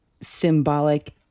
symbolic